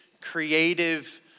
creative